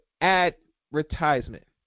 advertisement